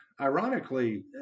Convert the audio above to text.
Ironically